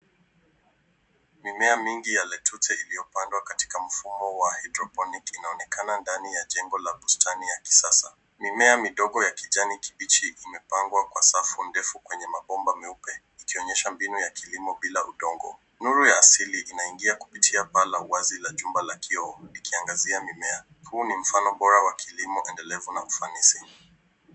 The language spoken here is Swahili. Mimea mingi ya lettuce iliyopandwa katika mfumo wa hydroponic inaonekana ndani ya jengo la bustani ya kisasa. Mimea midogo ya kijani kibichi imepangwa kwa safu ndefu kwenye mabomba meupe, ikionyesha mbinu ya kilimo bila udongo. Nuru ya asili inaingia kupitia paa la wazi la jumba la kioo, likiangazia mimea. Huu ni mfano bora wa kilimo endelevu na ufanisi.